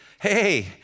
hey